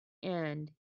end